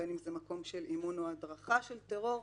בין אם זה מקום של אימון או הדרכה של טרור,